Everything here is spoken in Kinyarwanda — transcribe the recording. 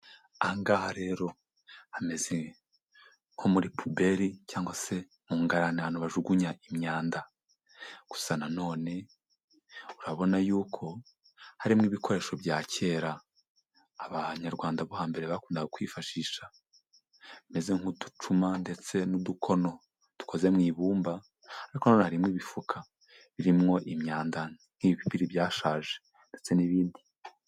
Aha ngaha rero hameze nko muri puberi cyangwase mu ngarani ahantu bajugunya imyanda, gusa nanone urabona y'uko harimo ibikoresho bya kera abanyarwanda bo hambere bakundaga kwifashisha bimeze nk'uducuma, ndetse n'udukono dukoze mu ibumba, ariko nanone harimo ibifuka, birimwo imyanda n'ibipipiri byashaje, ndetse n'ibindi.